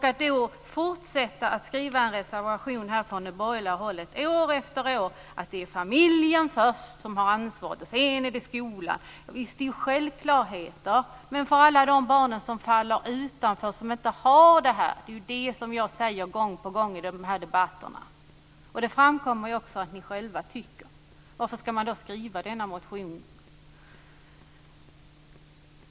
Ändå fortsätter man från borgerligt håll år efter år att skriva motioner om att det först och främst ska vara familjen som har ansvaret, sedan skolan osv. Javisst, det är självklarheter! Men tänk på alla de barn som faller utanför, som inte har det här! Det är detta jag säger gång på gång i debatterna. Det framkommer också att ni borgerliga själva tycker så. Varför ska ni då skriva denna motion?